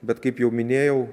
bet kaip jau minėjau